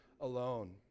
alone